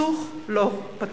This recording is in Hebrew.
הסכסוך לא פתיר.